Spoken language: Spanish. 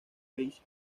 weiss